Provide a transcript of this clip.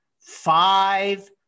five